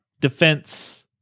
defense